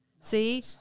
See